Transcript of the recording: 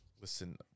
Listen